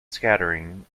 scattering